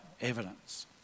evidence